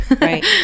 right